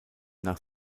nach